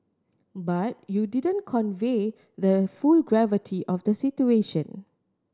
but you didn't convey the full gravity of the situation